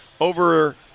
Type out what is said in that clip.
over